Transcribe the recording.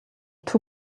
two